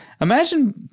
imagine